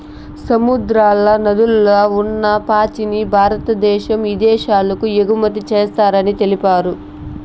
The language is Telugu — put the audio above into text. సముద్రాల, నదుల్ల ఉన్ని పాచిని భారద్దేశం ఇదేశాలకు ఎగుమతి చేస్తారని తెలిపారు